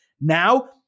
Now